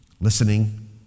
listening